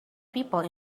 people